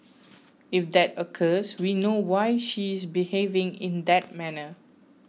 if that occurs we know why she is behaving in that manner